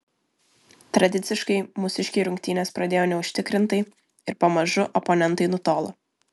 tradiciškai mūsiškiai rungtynes pradėjo neužtikrintai ir pamažu oponentai nutolo